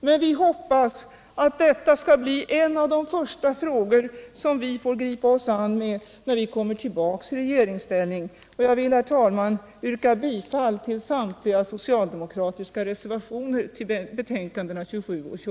Men vi hoppas att detta skall bli en av de första frågor som vi får gripa oss an med när vi kommer tillbaka i regeringsställning.